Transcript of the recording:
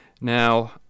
Now